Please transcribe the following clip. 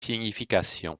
signification